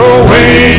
away